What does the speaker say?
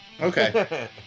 Okay